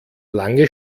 lange